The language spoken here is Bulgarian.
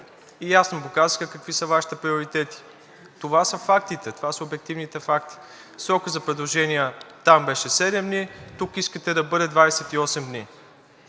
и ясно показаха какви са Вашите приоритети. Това са фактите, това са обективните факти. Срокът за предложения там беше седем дни, тук искате да бъде 28 дни.